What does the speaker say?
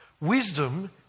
wisdom